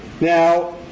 Now